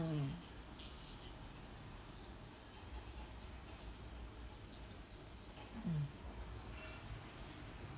mm mm